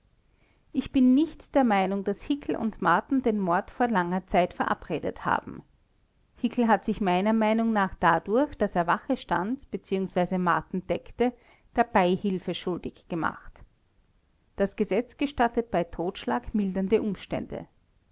ich bin nicht der meinung daß hickel und marten den mord vor langer zeit verabredet haben hickel hat sich meiner meinung nach dadurch daß er wache stand bzw marten deckte der beihilfe schuldig gemacht das gesetz gestattet bei totschlag mildernde umstände